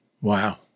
Wow